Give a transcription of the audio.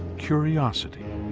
curiosity.